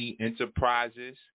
Enterprises